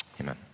amen